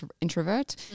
introvert